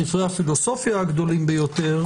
ספרי הפילוסופיה הגדולים ביותר,